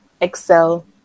excel